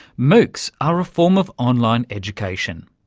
moocs are a form of online education.